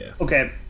Okay